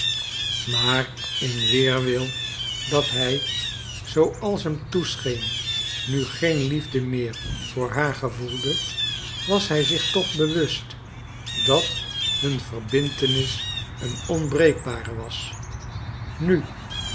maar in weerwil dat hij zooals hem toescheen nu geen liefde meer voor haar gevoelde was hij zich toch bewust dat hun verbintenis een onbreekbare was nu